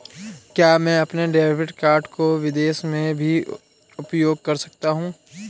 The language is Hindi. क्या मैं अपने डेबिट कार्ड को विदेश में भी उपयोग कर सकता हूं?